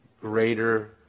greater